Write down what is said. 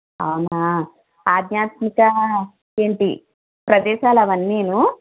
అవునా ఆధ్యాత్మిక ఏంటి ప్రదేశాల అవన్నీను